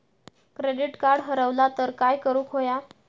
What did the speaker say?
Credit card हरवला तर काय करुक होया?